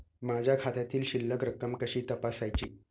माझ्या खात्यामधील शिल्लक रक्कम कशी तपासायची?